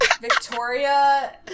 Victoria